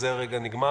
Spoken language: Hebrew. בזה הרגע הסתיים.